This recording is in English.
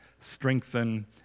strengthen